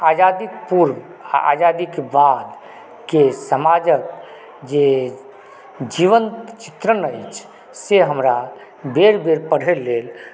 आजादीके पूर्व आ आजादीके बादके समाजक जे जीवन्त चित्रण अछि से हमरा बेर बेर पढ़ै लेल